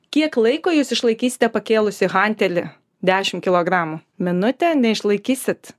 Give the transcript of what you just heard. kiek laiko jūs išlaikysite pakėlusi hantelį dešimt kilogramų minutę neišlaikysit